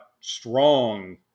strong